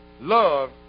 Love